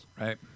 Right